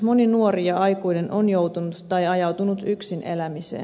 moni nuori ja aikuinen on joutunut tai ajautunut yksin elämiseen